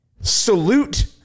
salute